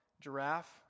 giraffe